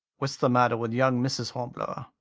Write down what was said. what's the matter with young mrs. hornblower?